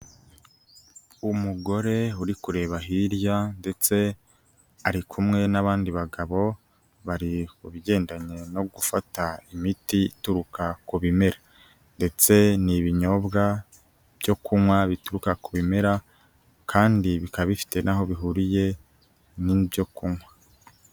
Umugore uri kureba hirya ndetse ari kumwe n'abandi bagabo, bari ku bigendanye no gufata imiti ituruka ku bimera ndetse ni ibinyobwa byo kunywa bituruka ku bimera kandi bikaba bifite n'aho bihuriye n'ibyo kunywa.